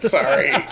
Sorry